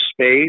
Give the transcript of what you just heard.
space